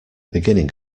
beginning